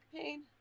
pain